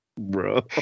bro